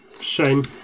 shame